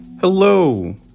Hello